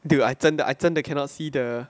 dude I 真的 I 真的 cannot see the